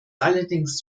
allerdings